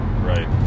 Right